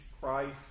Christ